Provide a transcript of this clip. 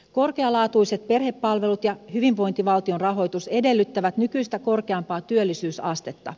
korkealaatuiset perhepalvelut ja hyvinvointivaltion rahoitus edellyttävät nykyistä korkeampaa työllisyysastetta